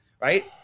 right